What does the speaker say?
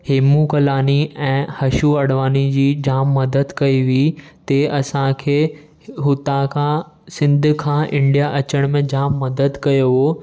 हेमू कलानी ऐं हषू अडवानी जी जाम मदद कई हुई ते असांखे हुतां खां सिंध खां इंडिया अचण में जाम मदद कयो हुओ